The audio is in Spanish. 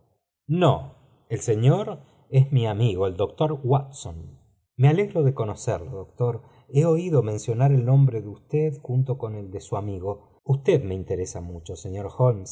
no el señor es mi amigo el doctor wat son me alegro de conocerlo doctor he oído mencionar el nombre de usted junto con el de su amigo usted me interesa mucho señor